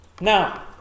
Now